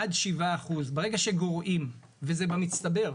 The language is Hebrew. עד 7% ברגע שגורעים, וזה במצטבר.